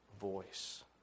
voice